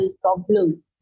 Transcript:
problem